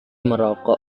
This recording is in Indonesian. merokok